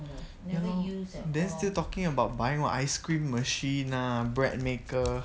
ya lor then still talking about buying what ice cream machine ah bread maker